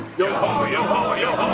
ah ho yo ho yo